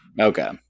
Okay